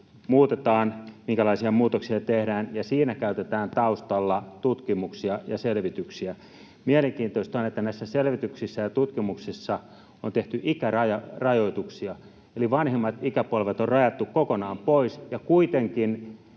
muutetaan, minkälaisia muutoksia tehdään, ja siinä käytetään taustalla tutkimuksia ja selvityksiä. Mielenkiintoista on, että näissä selvityksissä ja tutkimuksissa on tehty ikärajarajoituksia eli vanhemmat ikäpolvet on rajattu kokonaan pois ja kuitenkin